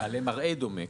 בעלה מראה דומה.